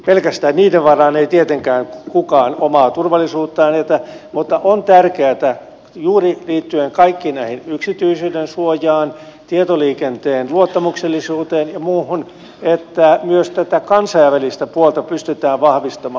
pelkästään niiden varaan ei tietenkään kukaan omaa turvallisuuttaan jätä mutta on tärkeätä juuri liittyen kaikkiin näihin yksityisyydensuojaan tietoliikenteen luottamuksellisuuteen ja muuhun että myös tätä kansainvälistä puolta pystytään vahvistamaan